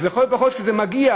אז לכל הפחות, כשזה מגיע